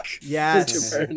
yes